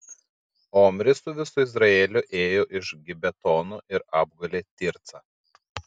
omris su visu izraeliu ėjo iš gibetono ir apgulė tircą